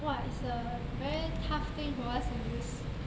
!wah! it's a very tough thing for us to use